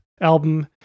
album